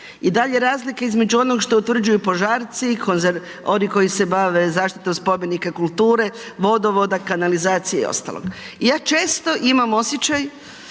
i dalje razlika između onoga što utvrđuju požari, oni koji se bave zaštitom spomenika kulture, vodovoda, kanalizacije i ostalog. I ja često imam osjećaj,